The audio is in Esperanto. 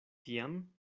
tiam